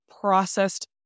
processed